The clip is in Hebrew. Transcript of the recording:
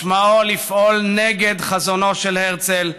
משמעו לפעול נגד חזונו של הרצל,